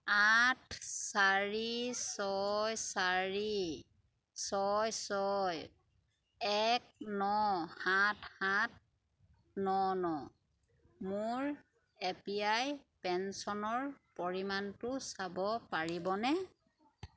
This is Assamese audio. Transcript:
আঠ চাৰি ছয় চাৰি ছয় ছয় এক ন সাত সাত ন ন মোৰ এ পি ৱাই পেঞ্চনৰ পৰিমাণটো চাব পাৰিবনে